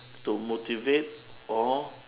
to motivate or